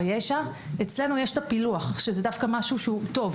ישע ואצלנו יש את הפילוח שזה דווקא משהו שהוא טוב.